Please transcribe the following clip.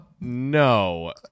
no